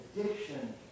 addiction